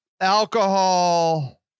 alcohol